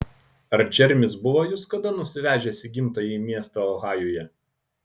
ar džeremis buvo jus kada nusivežęs į gimtąjį miestą ohajuje